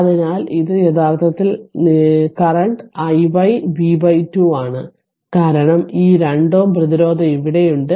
അതിനാൽ ഇത് യഥാർത്ഥത്തിൽ കറന്റ് i y v 2 ആണ് കാരണം ഈ 2 Ω പ്രതിരോധം ഇവിടെയുണ്ട്